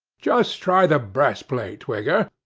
just try the breast-plate, twigger.